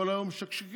כל היום משקשקים,